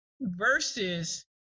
versus